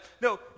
No